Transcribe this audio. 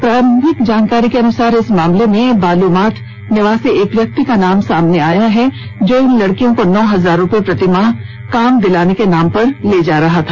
प्रारंभिक जानकारी के अनुसार इस मामले में बालूमाथ निवासी एक व्यकित का नाम सामने आया है जो इन लड़कियों को नौ हजार रुपये प्रतिमाह काम दिलाने के नाम पर ले जा रहा था